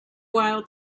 while